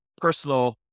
personal